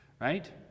Right